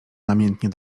namiętnie